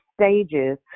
stages